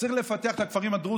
צריך לפתח את הכפרים הדרוזיים,